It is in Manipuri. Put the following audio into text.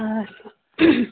ꯑꯥ